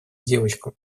девочку